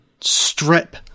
strip